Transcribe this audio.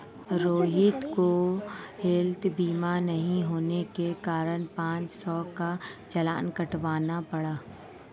रोहित को हैल्थ बीमा नहीं होने के कारण पाँच सौ का चालान कटवाना पड़ा